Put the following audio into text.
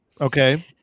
Okay